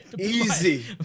Easy